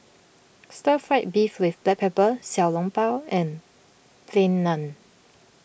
Stir Fried Beef with Black Pepper Xiao Long Bao and Plain Naan